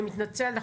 אני מתנצלת.